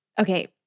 okay